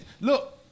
look